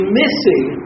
missing